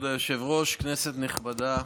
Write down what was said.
כבוד היושב-ראש, כנסת נכבדה,